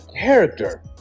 character